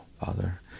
Father